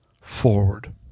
forward